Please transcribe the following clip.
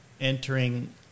entering